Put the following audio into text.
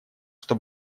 что